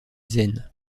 zen